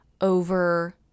over